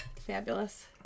fabulous